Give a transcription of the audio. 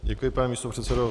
Děkuji, pane místopředsedo.